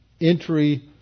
entry